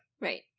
Right